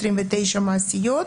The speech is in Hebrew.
29 מעשיות,